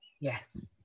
Yes